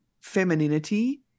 femininity